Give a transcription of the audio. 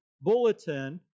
bulletin